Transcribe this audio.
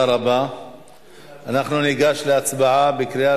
יש להם היכולת לשפוט,